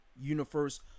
universe